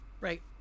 right